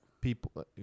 people